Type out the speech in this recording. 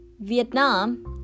Vietnam